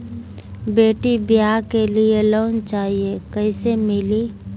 बेटी ब्याह के लिए लोन चाही, कैसे मिली?